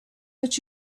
but